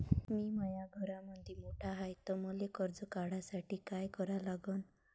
मी माया घरामंदी मोठा हाय त मले कर्ज काढासाठी काय करा लागन?